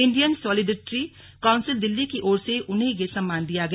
Indian solidarity council Delhi की ओर से उन्हें यह सम्मान दिया गया